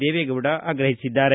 ದೇವೆಗೌಡ ಆಗ್ರಹಿಸಿದ್ದಾರೆ